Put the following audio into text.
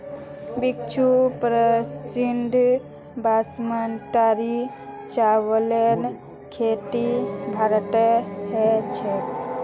विश्व प्रसिद्ध बासमतीर चावलेर खेती भारतत ह छेक